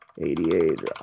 88